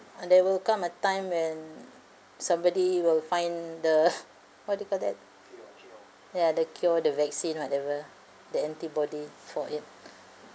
and there will come a time when somebody will find the what do you call that ya the cure the vaccine whatever the antibody for it